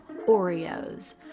Oreos